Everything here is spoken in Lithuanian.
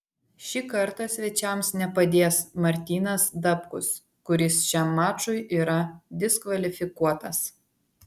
šį kartą svečiams nepadės martynas dapkus kuris šiam mačui yra diskvalifikuotas